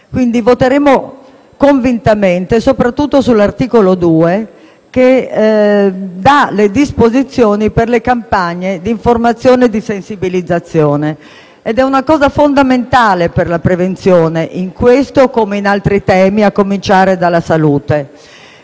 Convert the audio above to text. Quindi voteremo convintamente a favore soprattutto sull'articolo 2, che contiene le disposizioni per le campagne d'informazione e di sensibilizzazione. Si tratta di un aspetto fondamentale per la prevenzione, su questo come su altri temi, a cominciare dalla salute.